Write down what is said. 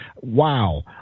wow